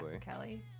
Kelly